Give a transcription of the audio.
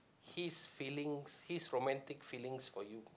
his feelings his romantic feelings for you